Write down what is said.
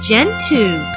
Gentoo